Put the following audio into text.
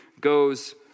goes